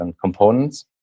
components